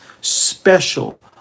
special